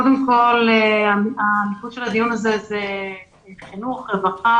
אני ראש אגף